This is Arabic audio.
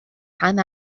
عام